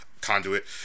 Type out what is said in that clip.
conduit